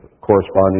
corresponding